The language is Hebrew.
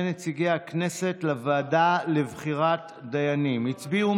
נציגי הכנסת לוועדה לבחירת דיינים: הצביעו